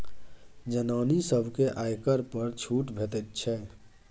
जनानी सभकेँ आयकर पर छूट भेटैत छै